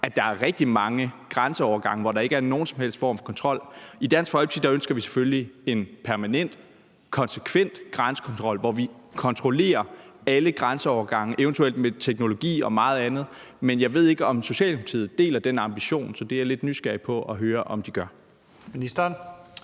at der er rigtig mange grænseovergange, hvor der ikke er nogen som helst form for kontrol. I Dansk Folkeparti ønsker vi selvfølgelig en permanent, konsekvent grænsekontrol, hvor man kontrollerer alle grænseovergange, eventuelt også med brug af teknologi og meget andet, men jeg ved ikke, om Socialdemokratiet deler den ambition. Så det er jeg lidt nysgerrig efter at høre, om de gør. Kl.